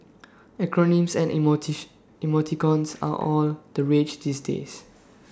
acronyms and emoticons are all the rage these days